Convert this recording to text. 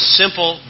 simple